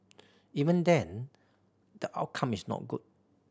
even then the outcome is not good